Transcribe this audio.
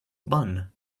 bun